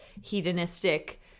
hedonistic